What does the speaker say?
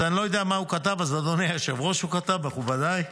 הוא כתב: אדוני היושב-ראש, מכובדיי,